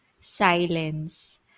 silence